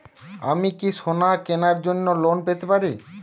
আমি কি সোনা কেনার জন্য লোন পেতে পারি?